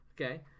Okay